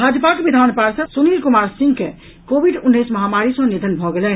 भाजपाक विधान पार्षद सुनील कुमार सिंह के कोविड उन्नैस महामारी सॅ निधन भऽ गेलनि